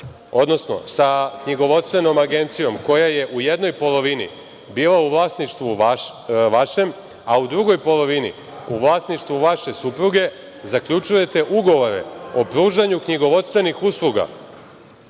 odnosno sa Knjigovodstvenom agencijom, koja je u jednoj polovini bila u vlasništvu vašem, a u drugoj polovini u vlasništvu vaše supruge, zaključujete ugovore o pružanju knjigovodstvenih usluga